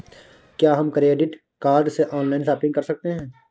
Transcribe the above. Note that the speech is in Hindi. क्या हम क्रेडिट कार्ड से ऑनलाइन शॉपिंग कर सकते हैं?